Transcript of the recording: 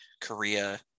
Korea